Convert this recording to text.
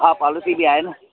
हा पॉलिसी बि आहे न